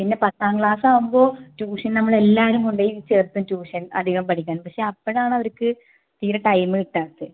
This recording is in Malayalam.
പിന്നെ പത്താം ക്ലാസ്സാകുമ്പോൾ ട്യൂഷൻ നമ്മളെല്ലാരും കൊണ്ടുപോയി ചേർക്കും ട്യൂഷൻ അധികം പഠിക്കാൻ പക്ഷേ അപ്പഴാണ് അവർക്ക് തീരെ ടൈമ് കിട്ടാത്തത്